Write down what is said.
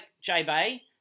J-Bay